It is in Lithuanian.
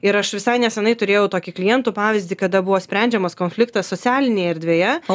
ir aš visai nesenai turėjau tokį klientų pavyzdį kada buvo sprendžiamas konfliktas socialinėje erdvėje